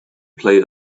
play